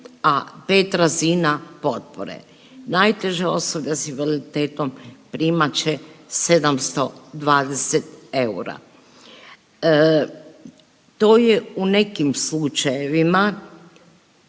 a pet razina potpore. Najteže osobe s invaliditetom primat će 720 eura. To je u nekim slučajevima